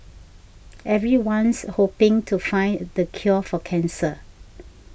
everyone's hoping to find the cure for cancer